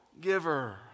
giver